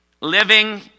living